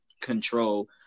control